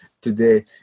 today